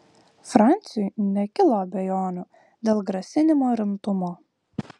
franciui nekilo abejonių dėl grasinimo rimtumo